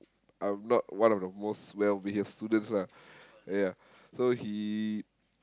I'm one of the most well behaved students lah yeah so he